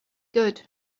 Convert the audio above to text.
good